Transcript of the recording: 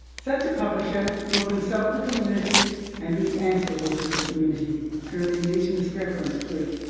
such a publisher will consult the community and be answerable to the community through an indigenous reference group,